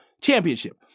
championship